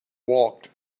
walked